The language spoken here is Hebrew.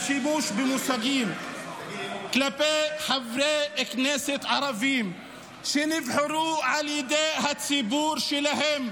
השימוש במושגים כלפי חברי כנסת ערבים שנבחרו על ידי הציבור שלהם,